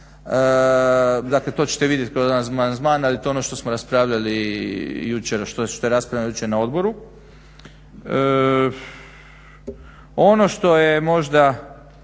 Dakle to ćete vidjeti kroz amandman, ali to je ono što smo raspravljali jučer, što je raspravljeno jučer na odboru. Ono što je možda